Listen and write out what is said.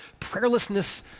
prayerlessness